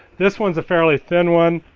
this one's a fairly thin one.